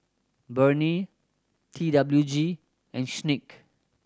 Burnie T W G and